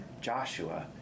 Joshua